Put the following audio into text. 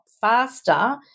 faster